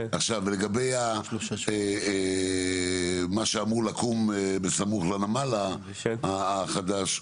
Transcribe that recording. לגבי מה שאמור לקום בסמוך לנמל החדש,